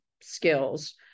skills